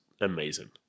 amazing